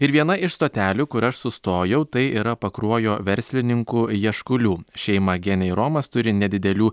ir viena iš stotelių kur aš sustojau tai yra pakruojo verslininkų jaškulių šeima genė ir romas turi nedidelių